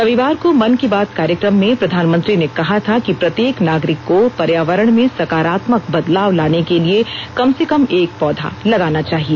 प्रधानमंत्री ने मन की बात कार्यक्रम में कहा था कि प्रत्येक नागरिक को पर्यावरण में सकारात्मक बदलाव लाने के लिए कम से कम एक पौधा लगाना चाहिए